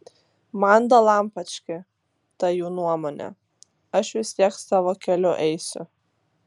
man dalampački ta jų nuomonė aš vis tiek savo keliu eisiu